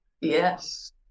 Yes